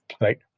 right